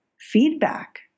feedback